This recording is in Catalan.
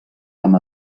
amb